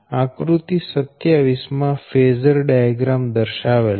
આકૃતિ 27 માં phasor diagram દર્શાવેલ છે